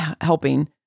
helping